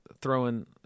throwing –